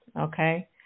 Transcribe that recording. Okay